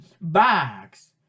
bags